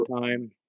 time